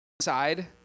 side